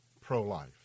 pro-life